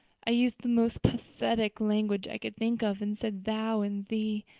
i used the most pathetic language i could think of and said thou and thee.